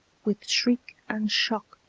with shriek and shock,